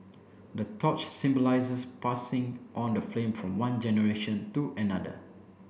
the torch symbolizes passing on the flame from one generation to another